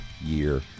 year